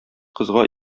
кызга